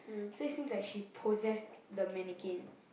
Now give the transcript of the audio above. so it seems like she possess the mannequin